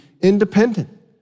independent